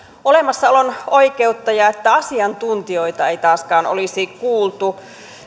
olemassaolon oikeutta ja että asiantuntijoita ei taaskaan olisi kuultu